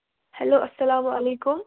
hello اَسلام علیکُم